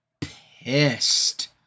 pissed